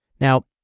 Now